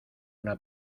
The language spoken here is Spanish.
una